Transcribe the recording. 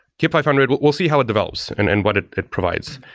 kip five hundred we'll we'll see how it develops and and what it it provides.